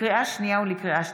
לקריאה שנייה וקריאה שלישית,